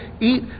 eat